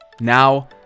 Now